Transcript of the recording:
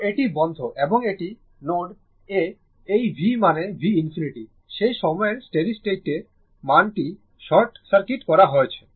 তো এটি বন্ধ এবং এটি নোড A এই v মানে v ∞ সেই সময়ের স্টেডি স্টেট মানটি শর্ট সার্কিট করা হয়েছে